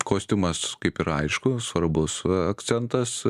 kostiumas kaip ir aišku svarbus akcentas